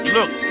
Look